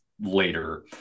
later